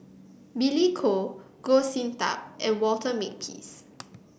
Billy Koh Goh Sin Tub and Walter Makepeace